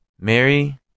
Mary